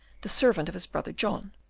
the servant of his brother john,